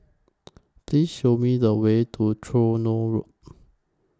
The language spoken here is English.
Please Show Me The Way to Tronoh Road